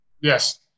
Yes